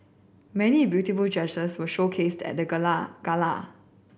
many beautiful dresses were showcased at the gala gala